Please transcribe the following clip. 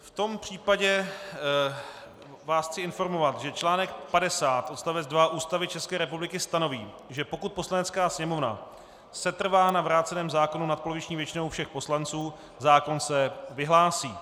V tom případě vás chci informovat, že článek 50 odst. 2 Ústavy České republiky stanoví, že pokud Poslanecká sněmovna setrvá na vráceném zákonu nadpoloviční většinou všech poslanců, zákon se vyhlásí.